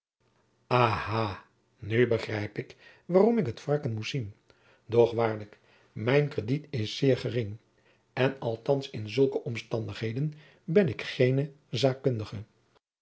aha nu begrijp ik waarom ik het varken moest zien doch waarlijk mijn krediet is zeer gering en althands in zulke omstandigheden ben ik geene